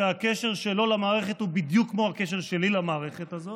שהקשר שלו למערכת הוא בדיוק כמו הקשר שלי למערכת הזאת,